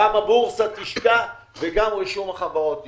גם הבורסה תשקע וגם רישום החברות ישקע.